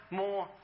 more